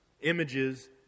Images